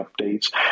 updates